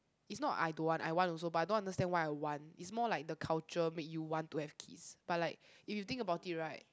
is not I don't want I want also but I don't understand why I want is more like the culture make you want to have kids but like if you think about it right